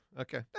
okay